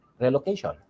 relocation